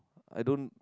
I don't